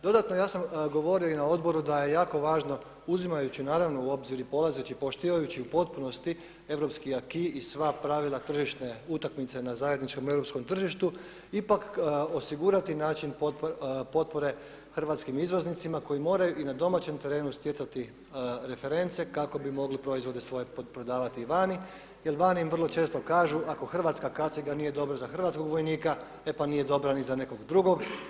Dodatno, ja sam govorio i na odboru da je jako važno uzimajući naravno u obzir i polazeći, poštivajući u potpunosti europski acquis i sva pravila tržišne utakmice na zajedničkom europskom tržištu ipak osigurati način potpore hrvatskim izvoznicima koji moraju i na domaćem terenu stjecati reference kako bi mogli proizvode svoje prodavati vani jer vani im vrlo često kažu ako hrvatska kaciga nije dobra za hrvatskog vojnika, e pa nije dobra ni za nekog drugog.